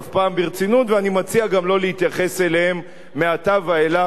ואני מציע גם לא להתייחס אליהן מעתה ואילך ברצינות.